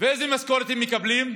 ואיזה משכורת הם מקבלים?